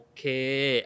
Okay